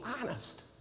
honest